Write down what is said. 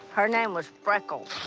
her name was freckles.